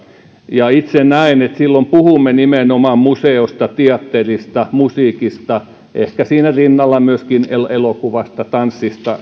itse näen että silloin puhumme nimenomaan museosta teatterista musiikista ehkä siinä rinnalla myöskin elokuvasta tanssista